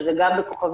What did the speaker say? שזה גם ב-8007*,